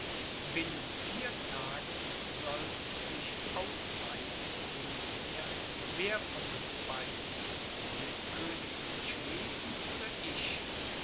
binnen vier tagen soll sich ausweisen rief er wer von uns beiden der könig von schweden oder ich